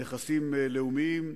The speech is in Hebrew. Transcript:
נכסים לאומיים,